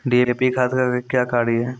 DAP खाद का क्या कार्य हैं?